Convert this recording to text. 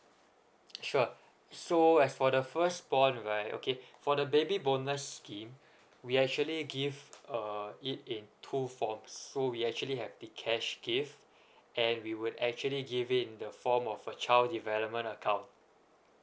sure so as for the first born right okay for the baby bonus scheme we actually give a it in two forms so we actually have the cash gift and we would actually give it in the form of a child development account